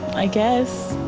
i guess.